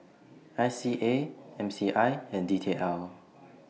I C A M C I and D T L